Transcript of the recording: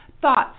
Thoughts